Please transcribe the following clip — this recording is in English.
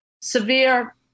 severe